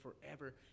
forever